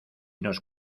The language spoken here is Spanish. nos